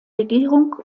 regierung